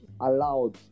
allowed